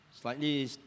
slightly